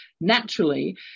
naturally